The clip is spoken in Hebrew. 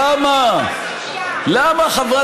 למה אתה